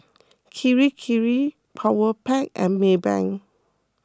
Kirei Kirei Powerpac and Maybank